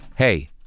Hey